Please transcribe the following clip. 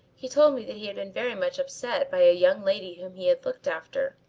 he told me that he had been very much upset by a young lady whom he had looked after.